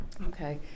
okay